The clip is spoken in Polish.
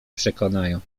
przekonają